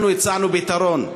אנחנו הצענו פתרון: